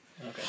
Okay